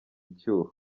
icyuho